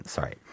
Sorry